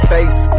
Face